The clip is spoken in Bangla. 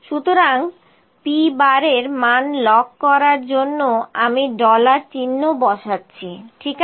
সুতরাং p এর মান লক করার জন্য আমি ডলার চিহ্ন বসাচ্ছি ঠিক আছে